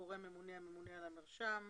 הגורם הממונה הוא הממונה על המרשם.